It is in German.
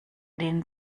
den